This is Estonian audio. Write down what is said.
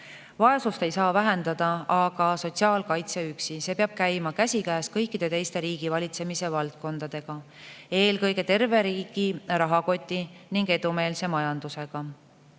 Vaesust ei saa vähendada aga sotsiaalkaitse üksi, see peab käima käsikäes kõikide teiste riigivalitsemise valdkondadega, eelkõige terve riigi rahakoti ning edumeelse majandusega.